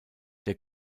der